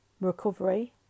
recovery